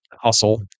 hustle